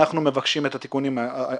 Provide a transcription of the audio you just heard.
אנחנו מבקשים את התיקונים הבאים.